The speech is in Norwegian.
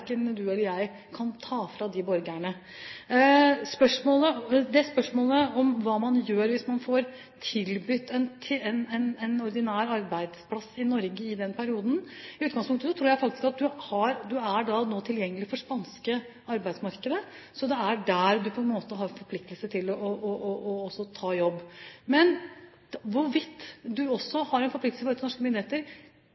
du eller jeg kan ta fra de borgerne det gjelder. Spørsmålet er hva man gjør hvis man i den perioden blir tilbudt en ordinær arbeidsplass i Norge. I utgangspunktet tror jeg faktisk at du nå er tilgjengelig for det spanske arbeidsmarkedet. Så det er der du på en måte er forpliktet til å ta jobb. Men hvorvidt du også